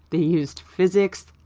they used physics.